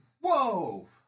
whoa